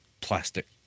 plastic